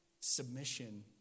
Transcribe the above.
submission